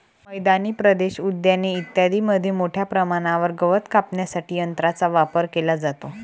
मैदानी प्रदेश, उद्याने इत्यादींमध्ये मोठ्या प्रमाणावर गवत कापण्यासाठी यंत्रांचा वापर केला जातो